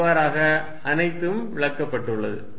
இவ்வாறாக அனைத்தும் விளக்கப்பட்டுள்ளது